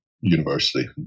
university